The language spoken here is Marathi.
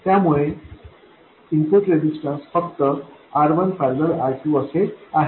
त्यामुळे इनपुट रेजिस्टन्स फक्त R1 ।। R2 असे आहे